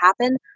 happen